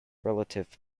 relative